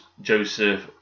Joseph